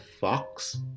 fox